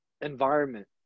environment